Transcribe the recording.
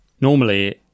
Normally